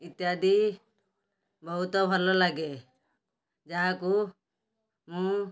ଇତ୍ୟାଦି ବହୁତ ଭଲ ଲାଗେ ଯାହାକୁ ମୁଁ